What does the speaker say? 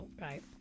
Right